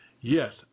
Yes